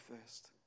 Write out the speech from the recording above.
first